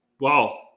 Wow